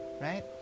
Right